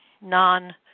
non